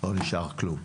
לא נשאר כלום.